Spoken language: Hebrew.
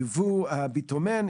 ייבוא הביטומן,